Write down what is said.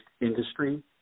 industry